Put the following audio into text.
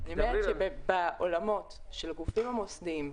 בעולמות של הגופים המוסדיים,